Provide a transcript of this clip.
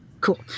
Cool